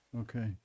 okay